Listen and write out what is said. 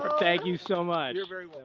thank you so much!